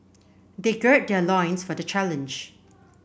they gird their loins for the challenge